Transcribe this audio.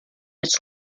its